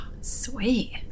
Sweet